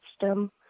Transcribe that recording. system